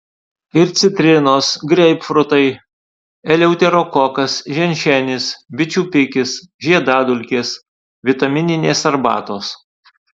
ir citrinos greipfrutai eleuterokokas ženšenis bičių pikis žiedadulkės vitamininės arbatos